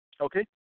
Okay